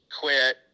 quit